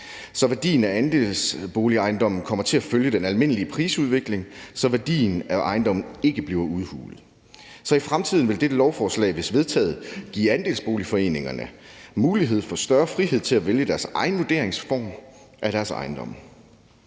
at værdien af andelsboligejendomme kommer til at følge den almindelige prisudvikling, så værdien af ejendommen ikke bliver udhulet. Så i fremtiden vil dette lovforslag, hvis vedtaget, give andelsboligforeningerne mulighed for større frihed til at vælge deres egen vurderingsform for deres ejendomme.